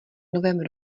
novém